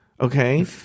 Okay